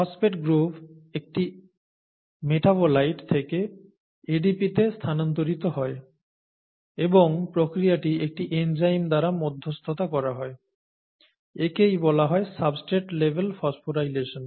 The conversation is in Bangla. ফসফেট গ্রুপ একটি মেটাবোলাইট থেকে ADP তে স্থানান্তরিত হয় এবং প্রক্রিয়াটি একটি এনজাইম দ্বারা মধ্যস্থতা করা হয় একেই বলা হয় সাবস্টেট লেভেল ফসফোরাইলেশন